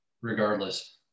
regardless